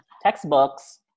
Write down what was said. textbooks